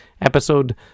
episode